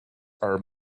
are